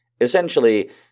Essentially